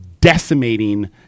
decimating